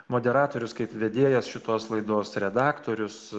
moderatorius kaip vedėjas šitos laidos redaktorius